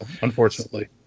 unfortunately